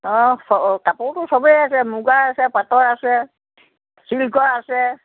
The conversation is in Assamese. অঁ কাপোৰতো সবেই আছে মুগাৰ আছে পাটৰ আছে চিল্কৰ আছে